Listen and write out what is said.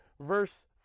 verse